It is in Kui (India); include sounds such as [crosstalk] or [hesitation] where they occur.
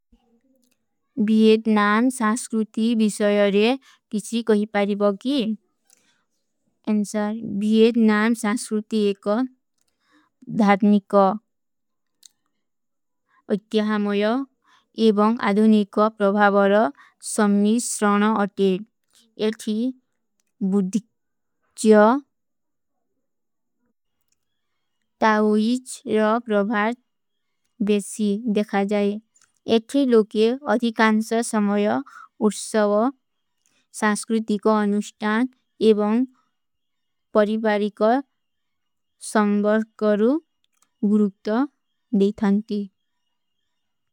ବିଯେଦ ନାମ ସାଂସ୍ରୂତି ଵିଶଯରେ କିଛୀ କହୀ ପାରୀ ବଗୀ। ଅଂସାର ବିଯେଦ ନାମ ସାଂସ୍ରୂତି ଏକ ଧାଦନିକ [hesitation] ଅଧ୍ଯାହାମଯ ଏବଂଗ ଅଧୁନିକ ପ୍ରଭାଵର ସମ୍ନୀ ସ୍ରଣ ଅଧେଡ। ଯଥୀ ବୁଦ୍ଧିକ୍ଯ [hesitation] ତାଓଈଚ ର ପ୍ରଭାଦ ବେଶୀ ଦେଖା ଜାଏ। ଯଥୀ ଲୋଗେ ଅଧିକାଂସର ସମଯ ଉଚ୍ଛଵ, ସାଂସ୍ରୂତି କା ଅନୁଷ୍ଟାନ ଏବଂଗ ପରିବାରୀ କା ସଂବର୍ଗ କରୂ ଉରୁପ୍ତ ଦେଖାଂତୀ।